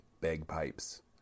bagpipes